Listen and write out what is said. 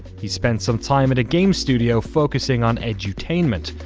he spent some time at a game studio, focusing on edutainment.